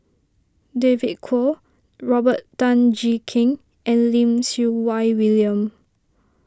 David Kwo Robert Tan Jee Keng and Lim Siew Wai William